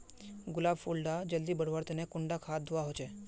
गुलाब फुल डा जल्दी बढ़वा तने कुंडा खाद दूवा होछै?